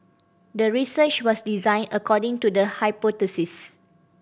the research was designed according to the hypothesis